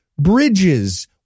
Bridges